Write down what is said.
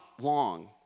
long